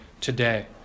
today